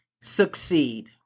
succeed